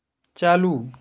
चालू